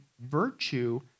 virtue